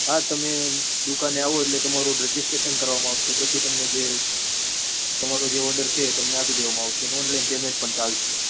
હા તમે દુકાને આવો એટલે તમારું રજીસ્ટ્રેશન કરવામાં આવશે પછી તમને જે તમારો જે ઓર્ડર છે એ તમને આપી દેવામાં આવશે અને ઓનલાઇન પેમેન્ટ પણ ચાલશે